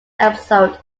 episode